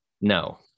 No